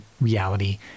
reality